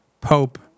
Pope